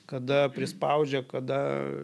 kada prispaudžia kada